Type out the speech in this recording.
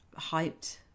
hyped